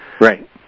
Right